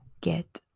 get